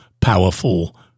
powerful